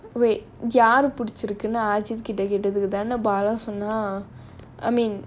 wait யாரு பிடிச்சிருக்குனு:yaaru pidichirukunu ajeedh கிட்ட கேட்டதுக்கு தானே:kitta ketathukku thaanae bala சொன்னான்sonnaan I mean